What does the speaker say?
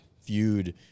feud